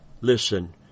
Listen